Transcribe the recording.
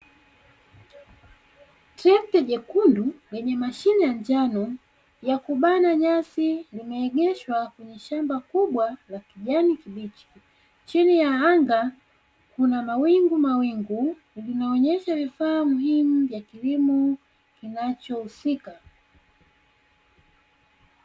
Trekta nyekundu yenye kubana nyasi imeegeshwa nyuma ya shamba juu kuna mawingu yanaonyesha ishara ya kilimo kinacho husika